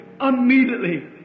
immediately